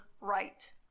right